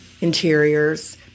interiors